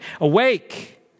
awake